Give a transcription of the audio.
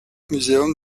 museum